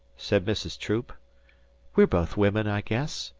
said mrs. troop we're both women, i guess.